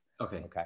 Okay